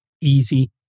easy